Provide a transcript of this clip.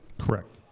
correct.